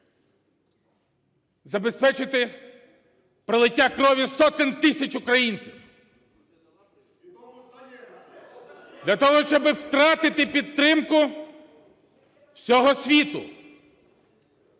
забезпечити пролиття крові сотень тисяч українців, для того щоби втратити підтримку всього світу